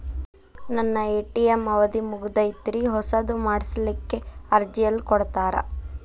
ನನ್ನ ಎ.ಟಿ.ಎಂ ಅವಧಿ ಮುಗದೈತ್ರಿ ಹೊಸದು ಮಾಡಸಲಿಕ್ಕೆ ಅರ್ಜಿ ಎಲ್ಲ ಕೊಡತಾರ?